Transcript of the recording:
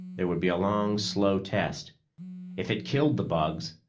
there would be a long, slow test if it killed the bugs,